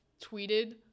tweeted